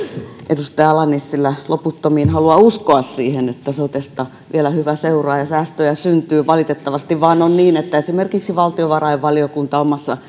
edustaja ala nissilä loputtomiin haluaa uskoa siihen että sotesta vielä hyvä seuraa ja säästöjä syntyy valitettavasti vain on niin että esimerkiksi valtiovarainvaliokunta omassa